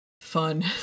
fun